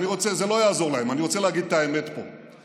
זה לא יעזור להם, אני רוצה להגיד את האמת פה.